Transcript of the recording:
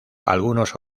algunos